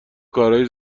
کارهای